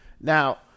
now